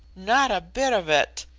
not a bit of it.